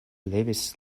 levis